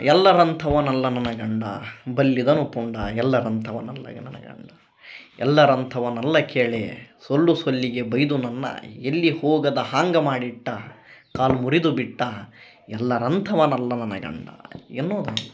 ಎಲ್ಲರಂಥವನಲ್ಲ ನನ್ನ ಗಂಡ ಬಲ್ಲಿದನು ಪುಂಡ ಎಲ್ಲರಂತವನಲ್ಲ ನನ ಗಂಡ ಎಲ್ಲರಂತವನಲ್ಲ ಕೇಳಿ ಸೊಲ್ಲು ಸೊಲ್ಲಿಗೆ ಬೈದು ನನ್ನ ಎಲ್ಲಿ ಹೋಗದ ಹಾಂಗ ಮಾಡಿಟ್ಟ ಕಾಲ್ ಮುರಿದು ಬಿಟ್ಟ ಎಲ್ಲರಂಥವನಲ್ಲ ನನ್ನ ಗಂಡ ಎನ್ನೋದ